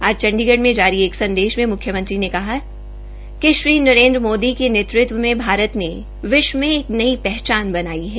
आज चंडीगढ़ में जारी एक संदेश में म्ख्यमंत्री ने कहा कि श्री नरेन्द्र मोदी के नेतृत्व में भारत ने विश्व में एक नई पहचान बनाई है